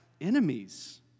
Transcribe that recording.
enemies